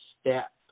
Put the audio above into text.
step